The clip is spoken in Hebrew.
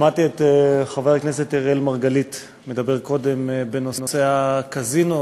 שמעתי קודם את חבר הכנסת אראל מרגלית מדבר בנושא הקזינו,